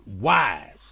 wise